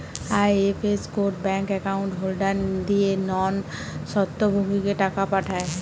IFS code bank account holder দিয়ে non স্বত্বভোগীকে টাকা পাঠায়